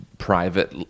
private